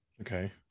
Okay